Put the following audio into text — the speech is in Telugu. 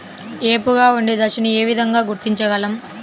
ఏపుగా ఉండే దశను ఏ విధంగా గుర్తించగలం?